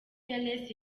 fearless